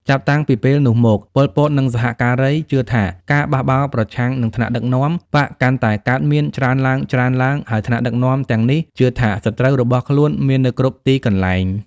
ចាប់តាំងពីពេលនោះមក ប៉ុល ពត និងសហការីជឿថាការបះបោរប្រឆាំងនឹងថ្នាក់ដឹកនាំបក្សកាន់តែកើតមានច្រើនឡើងៗ ហើយថ្នាក់ដឹកនាំទាំងនេះជឿថាសត្រូវរបស់ខ្លួនមាននៅគ្រប់ទីកន្លែង។